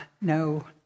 no